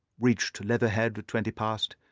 reached leatherhead at twenty past,